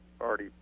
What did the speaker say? already